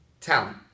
talent